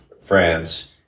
France